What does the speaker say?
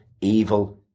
evil